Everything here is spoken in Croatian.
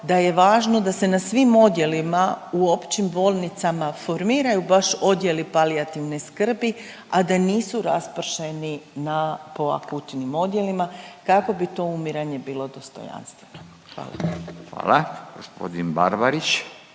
da je važno da se na svim odjelima u općim bolnicama formiraju baš odjeli palijativne skrbi, a da nisu raspršeni na, po akutnim odjelima kako bi to umiranje bilo dostojanstveno. Hvala. **Radin, Furio